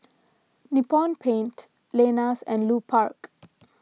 Nippon Paint Lenas and Lupark